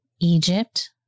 Egypt